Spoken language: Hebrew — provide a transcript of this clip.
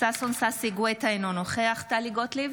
ששון ששי גואטה, אינו נוכח טלי גוטליב,